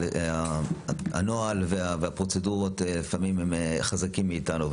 הנוהל והפרוצדורות הם חזקים מאיתנו,